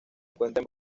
encuentra